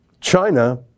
China